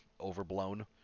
overblown